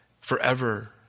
forever